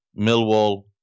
Millwall